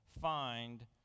find